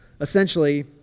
Essentially